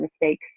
mistakes